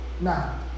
Now